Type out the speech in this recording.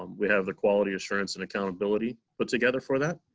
um we have the quality assurance and accountability put together for that.